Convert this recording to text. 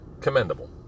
commendable